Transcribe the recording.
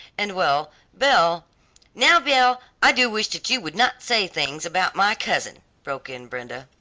and well belle now, belle, i do wish that you would not say things about my cousin, broke in brenda.